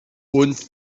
uns